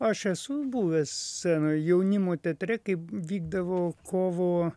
aš esu buvęs scenoj jaunimo teatre kaip vykdavo kovo